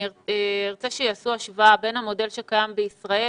אני ארצה שיעשו השוואה בין המודל שקיים בישראל,